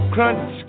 Crunch